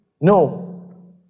No